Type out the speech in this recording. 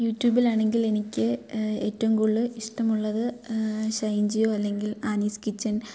യൂട്യൂബിൽ ആണെങ്കിൽ എനിക്ക് ഏറ്റവും കൂടുതൽ ഇഷ്ടമുള്ളത് സാൻജിയോ അല്ലെങ്കിൽ അനീസ് കിച്ചൻ